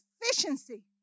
efficiency